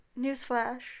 Newsflash